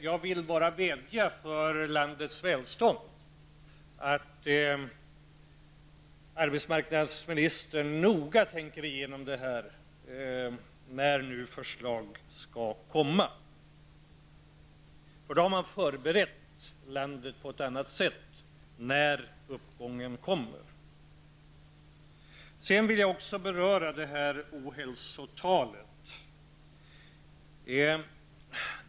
Jag vill bara, med tanke på landets välstånd, vädja till arbetsmarknadsministern att noga tänka igenom detta, när nu förslag skall läggas fram. Då har man nämligen förberett landet på ett annat sätt när uppgången kommer. Sedan vill jag också beröra ohälsotalet.